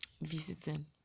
visiting